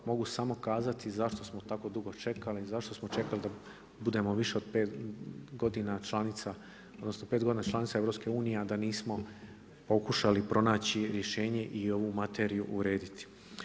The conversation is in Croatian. Mogu samo kazati zašto smo tako dugo čekali, zašto smo čekali da budemo više od pet godina članica odnosno članica EU, a da nismo pokušali pronaći rješenje i ovu materiju urediti.